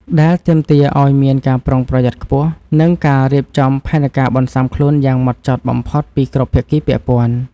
ដែលទាមទារឱ្យមានការប្រុងប្រយ័ត្នខ្ពស់ និងការរៀបចំផែនការបន្ស៊ាំខ្លួនយ៉ាងហ្មត់ចត់បំផុតពីគ្រប់ភាគីពាក់ព័ន្ធ។